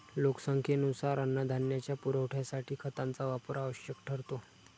लोकसंख्येनुसार अन्नधान्याच्या पुरवठ्यासाठी खतांचा वापर आवश्यक ठरतो